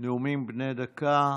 נאומים בני דקה.